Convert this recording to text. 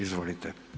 Izvolite.